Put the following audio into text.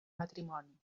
matrimoni